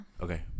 Okay